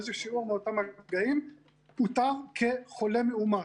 איזה שיעור מאותם מגעים אותר כחולה מאומת.